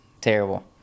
terrible